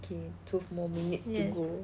!yay! twelve more minutes to go